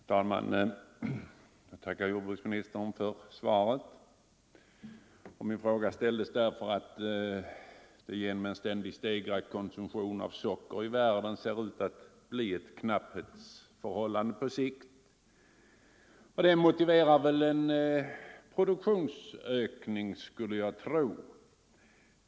Herr talman! Jag tackar jordbruksministern för svaret. Min fråga ställdes därför att det på grund av en ständigt stegrad konsumtion av socker i världen ser ut att bli ett knapphetsförhållande på längre sikt, och det motiverar väl en produktionsökning.